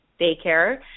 daycare